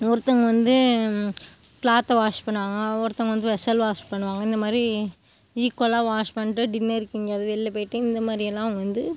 ஒருத்தவங்க வந்து கிளாத்தை வாஷ் பண்ணுவாங்க ஒருத்தவங்க வந்து வெஷல் வாஷ் பண்ணுவாங்க இந்த மாதிரி ஈக்குவலாக வாஷ் பண்ணிட்டு டின்னருக்கு எங்கேயாது வெளில போயிவிட்டு இந்த மாதிரியலாம் வந்து